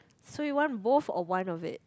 so you want both or one of it